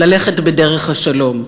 ללכת בדרך השלום.